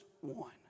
one